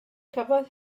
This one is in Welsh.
cafodd